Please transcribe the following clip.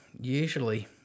usually